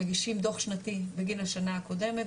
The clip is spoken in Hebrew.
מגישים דוח שנתי בגין השנה הקודמת,